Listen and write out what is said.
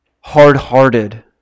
hard-hearted